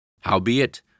Howbeit